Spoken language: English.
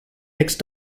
mixed